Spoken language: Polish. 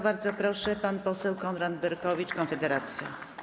Bardzo proszę, pan poseł Konrad Berkowicz, Konfederacja.